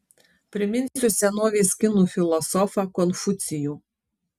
priminsiu senovės kinų filosofą konfucijų